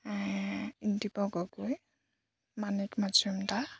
Gogoi Manik Majumdar